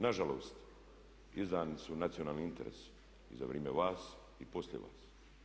Nažalost izdani su nacionalni interesi za vrijeme vas i poslije vas.